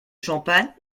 champagne